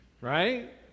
right